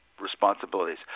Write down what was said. responsibilities